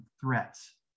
threats